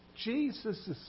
Jesus